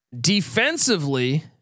defensively